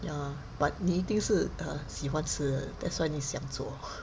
ya but 你一定是 err 喜欢吃 that's why 你想做